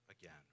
again